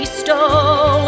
stole